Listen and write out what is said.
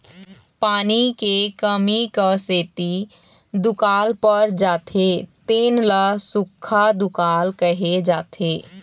पानी के कमी क सेती दुकाल पर जाथे तेन ल सुक्खा दुकाल कहे जाथे